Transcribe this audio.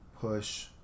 push